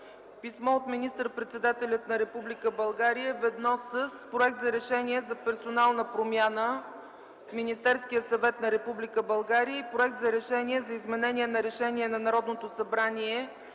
писмо от министър-председателя на Република България в едно с проект за Решение за персонална промяна в Министерския съвет на Република България и проект за Решение за изменение на Решение на Народното събрание